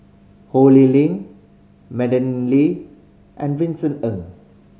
Ho Lee Ling Madeleine Lee and Vincent Ng